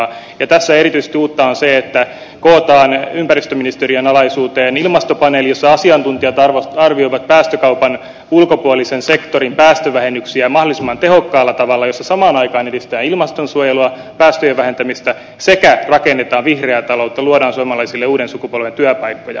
tässä erityisesti uutta on se että kootaan ympäristöministeriön alaisuuteen ilmastopaneeli jossa asiantuntijat arvioivat päästökaupan ulkopuolisen sektorin päästövähennyksiä mahdollisimman tehokkaalla tavalla jossa samaan aikaan edistetään ilmastonsuojelua päästöjen vähentämistä sekä rakennetaan vihreää taloutta luodaan suomalaisille uuden sukupolven työpaikkoja